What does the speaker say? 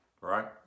right